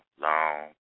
long